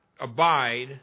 Abide